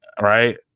Right